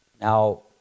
Now